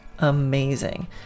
amazing